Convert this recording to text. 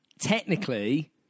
Technically